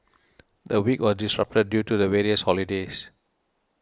the week was disrupted due to the various holidays